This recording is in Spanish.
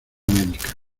médica